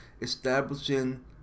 establishing